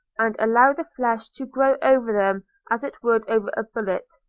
and allow the flesh to grow over them as it would over a bullet.